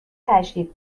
تجدید